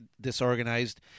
disorganized